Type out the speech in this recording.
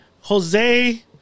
Jose